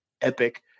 epic